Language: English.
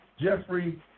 Jeffrey